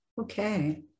Okay